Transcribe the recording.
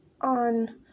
on